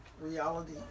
reality